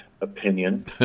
opinion